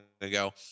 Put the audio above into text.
ago